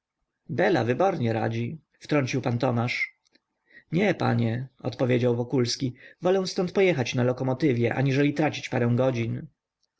bela wybornie radzi wtrącił pan tomasz nie panie odpowiedział wokulski wolę ztąd pojechać na lokomotywie aniżeli tracić parę godzin